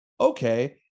okay